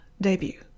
Debut